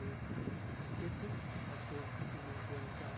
यही सब करते थे अब तो उम्र के अनुसार